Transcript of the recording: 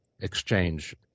exchange